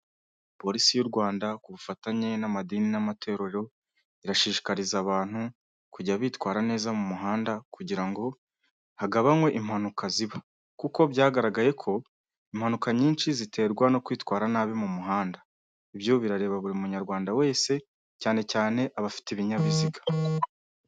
Polisi y'u Rwanda ku bufatanye n'amadini n'amatorero, irashishikariza abantu kujya bitwara neza mu muhanda kugira ngo hagabanwe impanuka ziba, kuko byagaragaye ko impanuka nyinshi ziterwa no kwitwara nabi mu muhanda, ibyo birareba buri munyarwanda wese cyane cyane abafite ibinyabiziga.